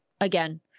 again